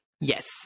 yes